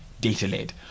data-led